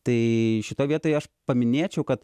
tai šitoj vietoj aš paminėčiau kad